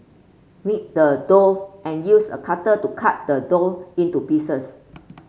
knead the dough and use a cutter to cut the dough into pieces